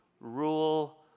rule